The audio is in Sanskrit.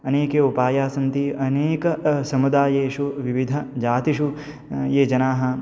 अनेके उपायास्सन्ति अनेक समुदायेषु विविध जातिषु ये जनाः